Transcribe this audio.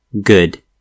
good